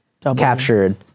captured